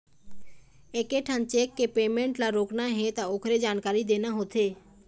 एकेठन चेक के पेमेंट ल रोकना हे त ओखरे जानकारी देना होथे